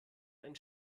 ein